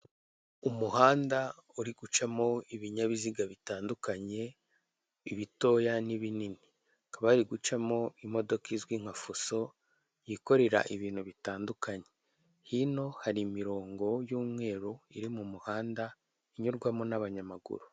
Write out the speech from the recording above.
Umuhanda uri gucamo ibinyabiziga bitandukanye ibitoya n'ibini. Hakaba hari gucamo imodoka izwi nka fuso yikorera ibintu bitandukanye. Hino hari imirongo y'umweru iri mu muhanda inyurwamo n'abanyamaguru.